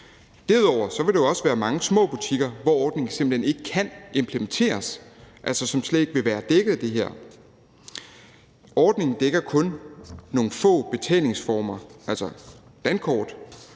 Derudover vil der jo også være mange små butikker, hvor ordningen simpelt hen ikke kan implementeres, altså som slet ikke vil være dækket af det her. Ordningen dækker kun nogle få betalingsformer, altså dankort,